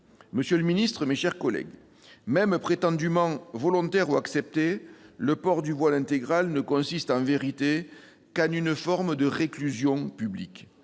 Monsieur le secrétaire d'État, mes chers collègues, même prétendument volontaire ou accepté, le port du voile intégral ne consiste en vérité qu'en une forme de réclusion publique.